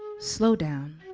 slow down.